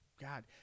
God